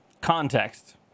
Context